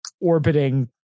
orbiting